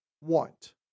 Want